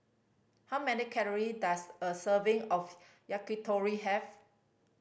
how many calory does a serving of Yakitori have